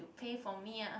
pay for me ah